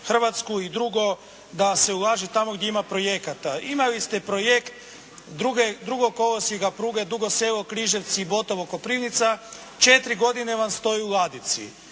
Hrvatsku. I drugo, da se ulaže tamo gdje ima projekata. Imali ste projekt drugog kolosijeka pruge Dugo Selo – Križevci – Botovo – Koprivnica, četiri godine vam stoji u ladici.